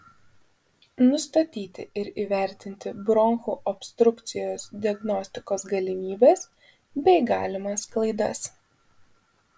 nustatyti ir įvertinti bronchų obstrukcijos diagnostikos galimybes bei galimas klaidas